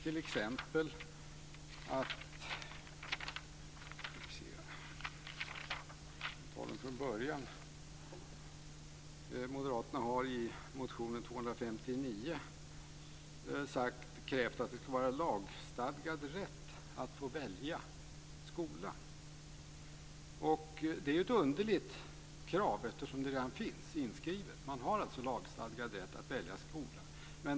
I motion 1999/2000: Ub259 kräver Moderaterna en lagstadgad rätt att få välja skola. Det är ett underligt krav eftersom detta redan finns inskrivet. Man har alltså lagstadgad rätt att välja skola.